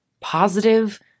positive